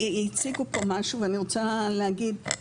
הציגו פה משהו ואני רוצה להגיד,